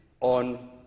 on